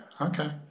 okay